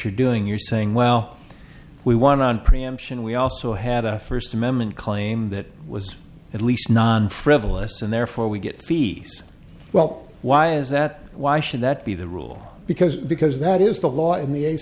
you're doing you're saying wow we want on preemption we also had a first amendment claim that was at least non frivolous and therefore we get fees well why is that why should that be the rule because because that is the law in the a